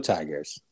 Tigers